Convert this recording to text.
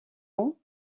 ans